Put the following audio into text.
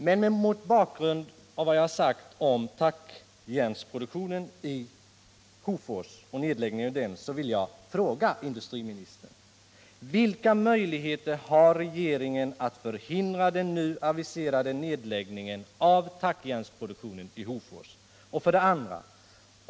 Men mot bakgrund av vad jag har sagt om nedläggningen av tackjärnsproduktionen i Hofors vill jag fråga industriministern: 2.